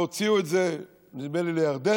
והוציאו את זה, נדמה לי חלק לירדן,